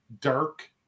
dark